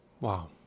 Wow